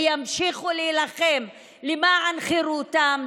וימשיכו להילחם למען חירותם,